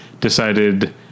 decided